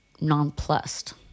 nonplussed